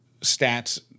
stats